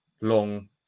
long